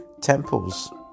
temples